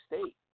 state